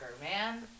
man